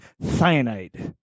cyanide